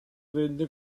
rende